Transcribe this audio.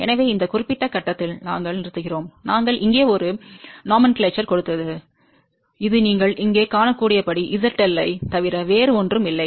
எனவே இந்த குறிப்பிட்ட கட்டத்தில் நாங்கள் நிறுத்துகிறோம் நாங்கள் இங்கே ஒரு பெயரிடலைக் கொடுத்தது இது நீங்கள் இங்கே காணக்கூடியபடி zL ஐத் தவிர வேறு ஒன்றும் இல்லை